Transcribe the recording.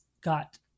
got